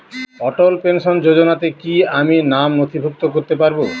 অটল pension যোজনাতে কি আমি নাম নথিভুক্ত করতে পারবো?